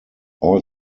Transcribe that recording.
all